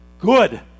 Good